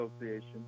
Association